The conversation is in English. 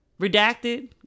redacted